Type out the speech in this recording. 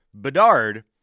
Bedard